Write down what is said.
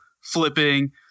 flipping